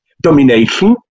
domination